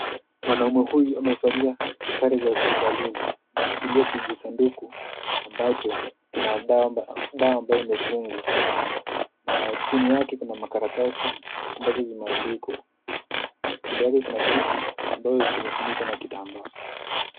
Mwanaume huyu amevalia sare za hospitalini, ameshikilia kijisanduku ambacho kina dawa ambayo imefugwa na chini yake kuna makaratasi ambazo zimeandikwa. Kando yake kuna kiti ambayo kimefunikwa na kitambaa.